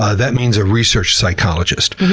ah that means a research psychologist.